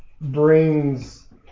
brings